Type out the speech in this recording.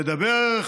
לדבר,